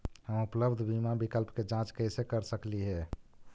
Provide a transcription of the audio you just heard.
हम उपलब्ध बीमा विकल्प के जांच कैसे कर सकली हे?